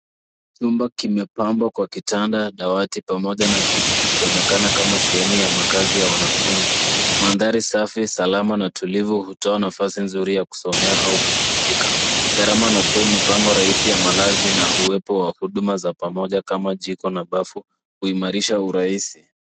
Chumba kimepambwa kwa kitanda, dawati pamoja na kiti kikionekana kama sehemu ya makaazi ya wanafunzi. Mandhari safi, salama na tulivu hutoa nafasi nzuri ya kusomea au kupumzika. Gharamu nafuu, mipango rahisi ya malazi na uwepo wa huduma za pamoja kama jiko na bafu huimarisha urahisi.